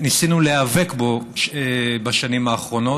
ניסינו להיאבק בו בשנים האחרונות,